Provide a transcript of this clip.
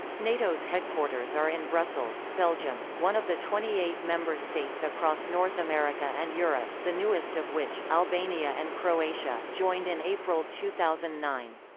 nato's headquarters are in brussels, belgium, one of the twenty eight member states across north america and europe, the newest of which, albania and croatia, joined in april two thousand and nine.